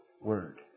word